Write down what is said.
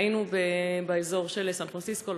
היינו באזור של סן פרנסיסקו,